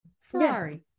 ferrari